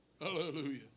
Hallelujah